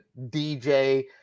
DJ